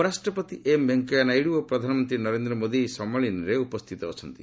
ଉପରାଷ୍ଟ୍ରପତି ଏମ୍ ଭେଙ୍କିୟା ନାଇଡ଼ୁ ଓ ପ୍ରଧାନମନ୍ତ୍ରୀ ନରେନ୍ଦ୍ର ମୋଦି ଏହି ସମ୍ମିଳନୀରେ ଉପସ୍ଥିତ ଅଛନ୍ତି